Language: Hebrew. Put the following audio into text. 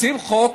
רוצים חוק?